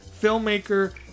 filmmaker